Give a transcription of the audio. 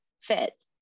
fit